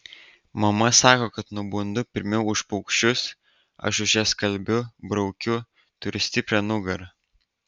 mama sako kad nubundu pirmiau už paukščius aš už ją skalbiu braukiu turiu stiprią nugarą